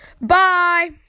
Bye